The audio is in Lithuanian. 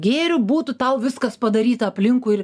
gėriu būtų tau viskas padaryta aplinkui ir